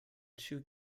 two